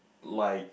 like